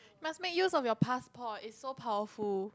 must make use of your passport it's so powerful